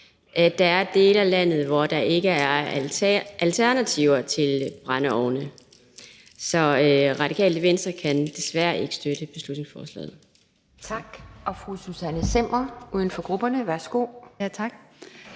der er dele af landet, hvor der ikke er alternativer til brændeovne. Så Radikale Venstre kan desværre ikke støtte beslutningsforslaget. Kl. 12:14 Anden næstformand (Pia Kjærsgaard):